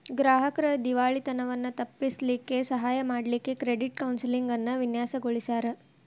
ಗ್ರಾಹಕ್ರ್ ದಿವಾಳಿತನವನ್ನ ತಪ್ಪಿಸ್ಲಿಕ್ಕೆ ಸಹಾಯ ಮಾಡ್ಲಿಕ್ಕೆ ಕ್ರೆಡಿಟ್ ಕೌನ್ಸೆಲಿಂಗ್ ಅನ್ನ ವಿನ್ಯಾಸಗೊಳಿಸ್ಯಾರ್